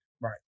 right